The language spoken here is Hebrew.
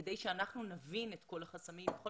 כדי שאנחנו נבין את כל החסמים ויכול